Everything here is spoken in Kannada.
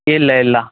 ಇಲ್ಲ ಇಲ್ಲ